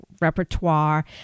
repertoire